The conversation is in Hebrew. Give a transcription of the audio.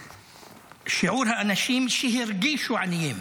שיעור האנשים מכלל האוכלוסייה שהרגישו עניים